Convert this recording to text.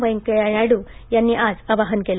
व्यंकय्या नायडू यांनी आज आवाहन केलं